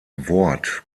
wort